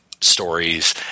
stories